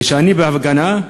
כשאני בהפגנה,